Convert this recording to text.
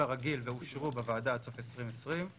הרגיל ואושרו בוועדה עד סוף 2020 הוא